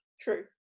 True